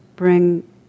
bring